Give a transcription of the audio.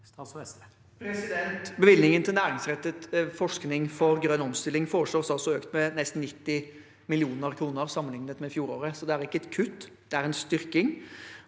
Bevilgnin- gene til næringsrettet forskning for grønn omstilling foreslås økt med nesten 90 mill. kr sammenlignet med fjoråret, så det er ikke et kutt, det er en styrking.